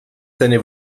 seine